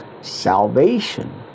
salvation